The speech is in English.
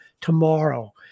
tomorrow